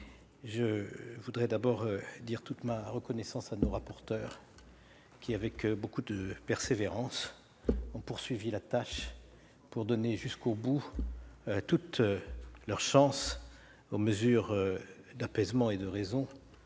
je veux d'abord dire toute ma reconnaissance à nos rapporteurs qui, avec beaucoup de persévérance, ont poursuivi la tâche pour donner jusqu'au bout toute leur chance aux mesures d'apaisement et de raison